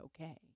okay